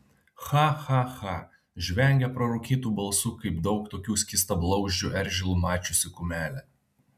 cha cha cha žvengia prarūkytu balsu kaip daug tokių skystablauzdžių eržilų mačiusi kumelė